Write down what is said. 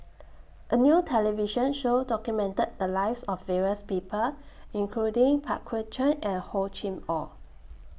A New television Show documented The Lives of various People including Pang Guek Cheng and Hor Chim Or